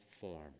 form